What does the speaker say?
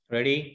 Ready